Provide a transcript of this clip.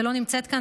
שלא נמצאת כאן,